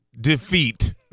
defeat